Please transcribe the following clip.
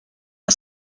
der